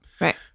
right